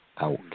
out